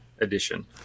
edition